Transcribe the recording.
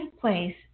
place